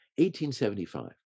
1875